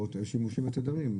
או בגלל השימושים בתדרים,